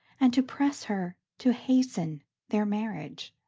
and to press her to hasten their marriage.